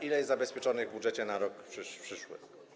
Ile jest zabezpieczone w budżecie na rok przyszły?